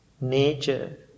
nature